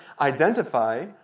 identify